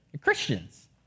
Christians